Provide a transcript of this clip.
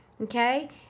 Okay